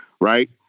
right